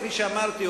כפי שאמרתי,